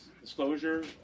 disclosure